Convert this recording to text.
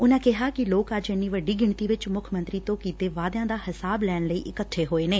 ਉਨ੍ਹਾ ਨੇ ਕਿਹਾ ਕਿ ਲੋਕ ਅੱਜ ਇੰਨੀ ਵੱਡੀ ਗਿਣਤੀ ਵਿਚ ਮੁੱਖ ਮੰਤਰੀ ਤੋ ਕੀਤੇ ਗਏ ਵਾਅਦਿਆ ਦਾ ਹਿਸਾਬ ਲੈਣ ਲਈ ਇਕੱਠੇ ਹੋਏ ਨੇ